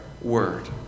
word